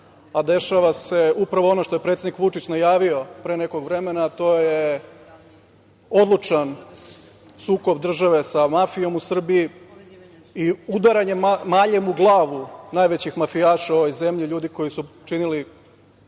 a dešava se upravo ono što je predsednik Vučić najavio pre nekog vremena, a to je odlučan sukob države sa mafijom u Srbiji i udaranje maljem u glavu najvećeg mafijaša u ovoj zemlji, ljudi koji su činili